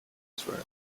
israel